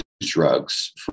drugs